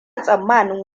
tsammanin